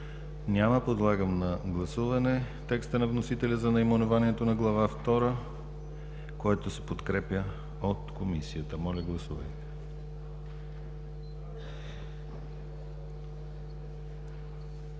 Няма. Подлагам на гласуване текста на вносителя за наименованието на Глава втора, който се подкрепя от Комисията. Гласували